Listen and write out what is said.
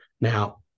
Now